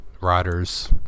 riders